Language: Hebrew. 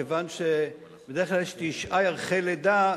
כיוון שבדרך כלל יש תשעה ירחי לידה,